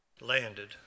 landed